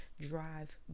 drive